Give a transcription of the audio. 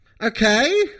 okay